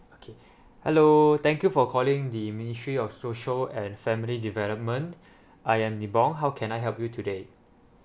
okay hello thank you for calling the ministry of social and family development I am nibong how can I help you today